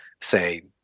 say